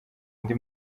undi